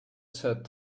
said